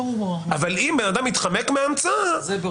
אבל אם בן אדם יתחמק מההמצאה -- זה ברור.